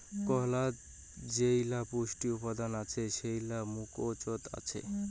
কলাত যেইলা পুষ্টি উপাদান আছে সেইলা মুকোচত আছে